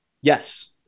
Yes